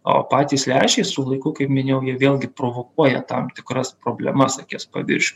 o patys lęšiai su laiku kaip minėjau vėlgi provokuoja tam tikras problemas akies paviršių